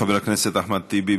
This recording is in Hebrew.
חבר הכנסת אחמד טיבי,